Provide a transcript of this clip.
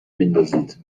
میندازید